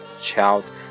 child